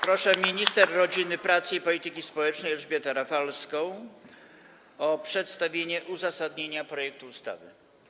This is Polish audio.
Proszę minister rodziny, pracy i polityki społecznej Elżbietę Rafalską o przedstawienie uzasadnienia projektu ustawy.